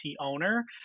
owner